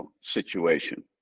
situation